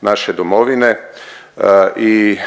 naše domovine i